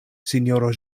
sinjoro